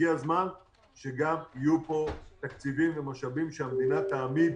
הגיע הזמן שגם יהיו פה תקציבים ומשאבים שהמדינה תעמיד